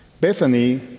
Bethany